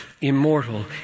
Immortal